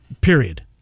Period